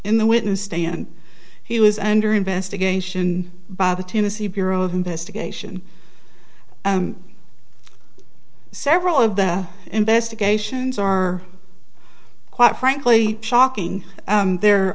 in the witness stand he was under investigation by the tennessee bureau of investigation several of the investigations are quite frankly shocking there